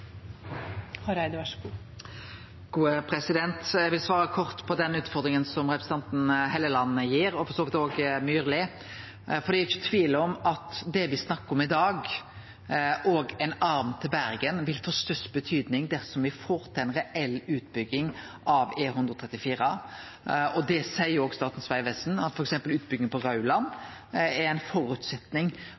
og for så vidt også Myrli. Det er ikkje tvil om at det me snakkar om i dag, og ein arm til Bergen, vil få størst betydning dersom me får til ei reell utbygging av E134. Det seier òg Statens vegvesen – at f.eks. utbygging på Rauland er